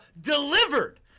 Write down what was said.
delivered